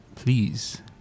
Please